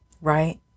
right